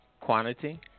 quantity